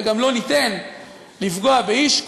וגם לא ניתן לפגוע באיש,